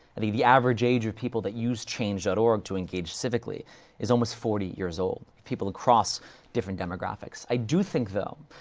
the, the average age of people that use change dot org to engage civically is almost forty years old, with people across different demographics. i do think, though,